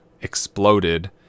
exploded